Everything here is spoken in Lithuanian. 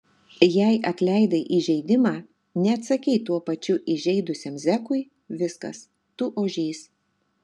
jei atleidai įžeidimą neatsakei tuo pačiu įžeidusiam zekui viskas tu ožys